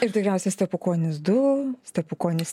ir tikriausiai stepukonis du stepukonis